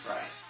Right